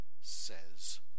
says